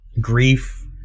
Grief